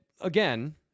again